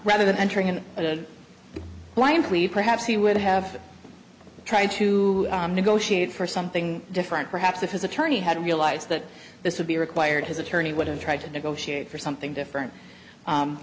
rather than entering and blindly perhaps he would have tried to negotiate for something different perhaps if his attorney hadn't realized that this would be required his attorney would have tried to negotiate for something different